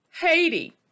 Haiti